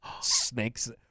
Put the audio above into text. snakes